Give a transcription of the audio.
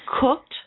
cooked